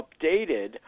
updated